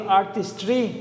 artistry